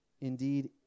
Indeed